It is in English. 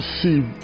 See